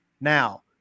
Now